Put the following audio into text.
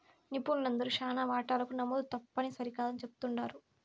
నిపుణులందరూ శానా వాటాలకు నమోదు తప్పుని సరికాదని చెప్తుండారు